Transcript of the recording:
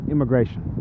immigration